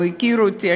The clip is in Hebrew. הוא הכיר אותי,